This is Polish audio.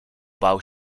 bał